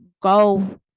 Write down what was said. go